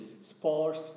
sports